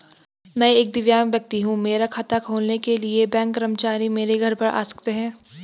मैं एक दिव्यांग व्यक्ति हूँ मेरा खाता खोलने के लिए बैंक कर्मचारी मेरे घर पर आ सकते हैं?